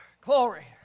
Glory